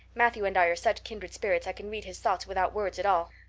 matthew and i are such kindred spirits i can read his thoughts without words at all.